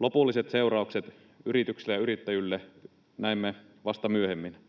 Lopulliset seuraukset yrityksille ja yrittäjille näemme vasta myöhemmin.